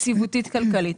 יציבותית-כלכלית.